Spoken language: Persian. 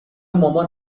مامان